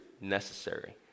necessary